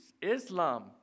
Islam